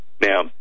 Now